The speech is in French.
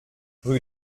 rue